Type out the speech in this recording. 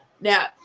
Now